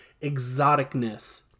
exoticness